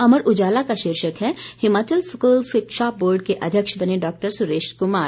अमर उजाला का शीर्षक है हिमाचल स्कूल शिक्षा बोर्ड के अध्यक्ष बने डॉ सुरेश कमार